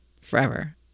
forever